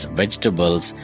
vegetables